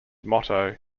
motto